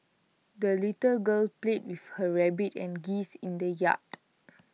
the little girl played with her rabbit and geese in the yard